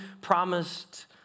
promised